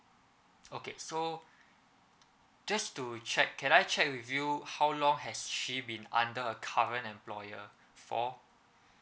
okay so just to check can I check with you how long has she been under her current employer for